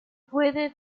puede